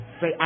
Say